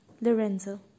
Lorenzo